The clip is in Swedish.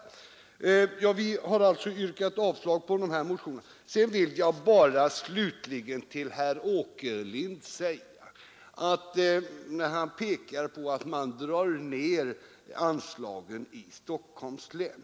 Utskottet har alltså yrkat avslag på dessa motioner. Sedan vill jag bara slutligen säga några ord till herr Åkerlind. Han pekar på att man drar ner anslagen i Stockholms län.